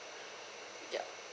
yup